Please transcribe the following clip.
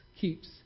keeps